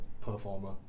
performer